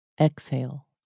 exhale